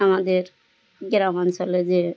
আমাদের গ্রাম অঞ্চলে যে